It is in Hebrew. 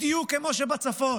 בדיוק כמו שבצפון,